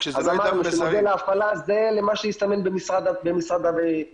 אמרנו שמודל ההפעלה - זה מה שהסתמן במשרד החינוך,